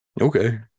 Okay